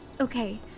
okay